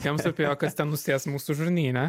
kitiems rūpėjo kas ten nusės mūsų žarnyne